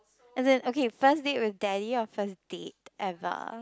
as in okay first date with daddy or first date ever